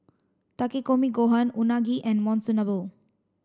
Takikomi Gohan Unagi and Monsunabe